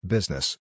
Business